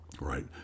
Right